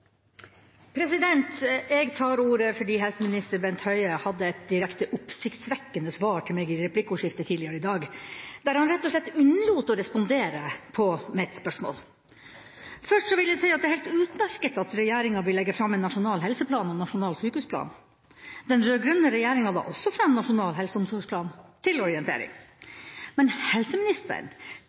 Jeg tar ordet fordi helseminister Bent Høie hadde et direkte oppsiktsvekkende svar til meg i replikkordskiftet tidligere i dag, der han rett og slett unnlot å respondere på mitt spørsmål. Først vil jeg si at det er helt utmerket at regjeringa vil legge fram en nasjonal helseplan og nasjonal sykehusplan. Den rød-grønne regjeringa la også fram Nasjonal helse- og omsorgsplan, til orientering. Men helseministeren